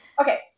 Okay